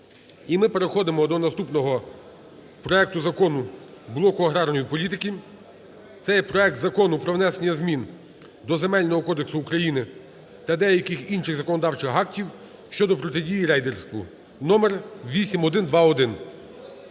І ми переходимо до наступного проекту закону блоку аграрної політики. Це є проект Закону про внесення змін до Земельного кодексу України та деяких інших законодавчих актів щодо протидії рейдерству (№ 8121).